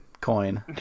coin